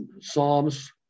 psalms